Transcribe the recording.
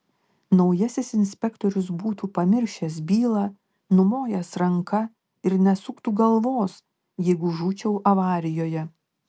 naujasis inspektorius būtų pamiršęs bylą numojęs ranka ir nesuktų galvos jeigu žūčiau avarijoje